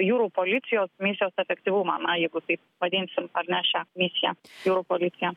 jūrų policijos misijos efektyvumą na jeigu taip vadinsim ar ne šią misiją jūrų policija